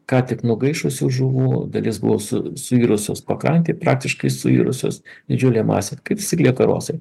ką tik nugaišusių žuvų dalis blusų suirusios pakrantėje praktiškai suirusios didžiulė masė kaip taisyklė karosai